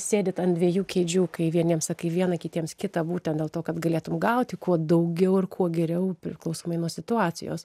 sėdit ant dviejų kėdžių kai vieniems sakai vieną kitiems kitą būtent dėl to kad galėtum gauti kuo daugiau ir kuo geriau priklausomai nuo situacijos